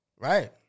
Right